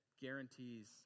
guarantees